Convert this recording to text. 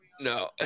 No